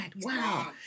Wow